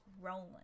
rolling